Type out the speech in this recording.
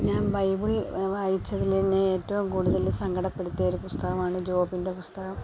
ഞാൻ ബൈബിൾ വായിച്ചതിൽ എന്നെ ഏറ്റവും കൂടുതൽ സങ്കടപ്പെടുത്തിയൊരു പുസ്തകമാണ് ജോബിൻ്റെ പുസ്തകം